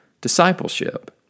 discipleship